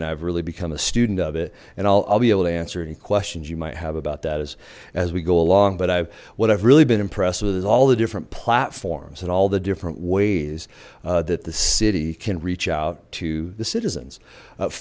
and i've really become a student of it and i'll be able to answer any questions you might have about that as as we go along but i've what i've really been impressed with there's all the different platforms and all the different ways that the city can reach out to the citizens